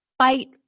Fight